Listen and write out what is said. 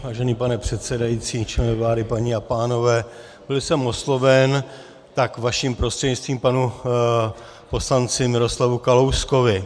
Vážený pane předsedající, členové vlády, paní a pánové, byl jsem osloven, tak vaším prostřednictvím k panu poslanci Miroslavu Kalouskovi.